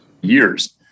years